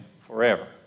forever